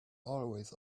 always